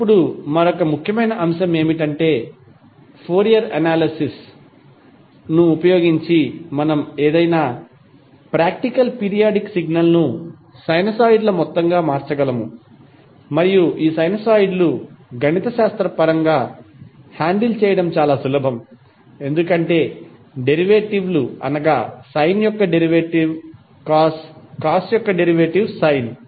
ఇప్పుడు మరొక ముఖ్యమైన అంశం ఏమిటంటే ఫోరియర్ అనాలిసిస్ ను ఉపయోగించి మనం ఏదైనా ప్రాక్టికల్ పీరియాడిక్ సిగ్నల్ ను సైనోసాయిడ్ల మొత్తంగా మార్చగలము మరియు ఈ సైనోసాయిడ్లు గణితశాస్త్రపరంగా హ్యాండిల్ చేయడం చాలా సులభం ఎందుకంటే డెరివేటివ్ లు అనగా సైన్ యొక్క డెరివేటివ్ కాస్ కాస్ యొక్క డెరివేటివ్ సైన్